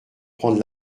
prendre